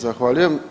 Zahvaljujem.